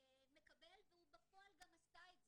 שמקבל והוא בפועל גם עשה את זה.